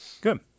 Good